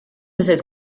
cette